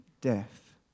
death